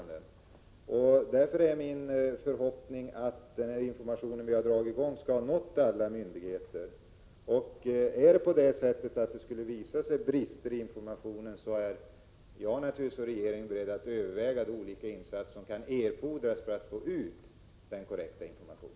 Därför är det min förhoppning att den information som vi har gått ut med skall ha nått alla myndigheter. Om det skulle visa sig att det finns brister i informationen, är naturligtvis jag och regeringen beredda att överväga olika insatser som kan erfordras för att få ut en korrekt information.